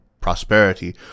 prosperity